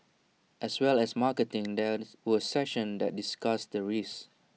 as well as marketing there were sessions that discussed the risks